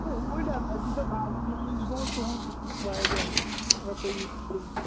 ہے اوٗرۍ حظ اَسہِ دیٖزیٚو باغَس مَنٛ یہِ گوٚو تُہٕنٛز واریاہ اگر تُہۍ یِیِو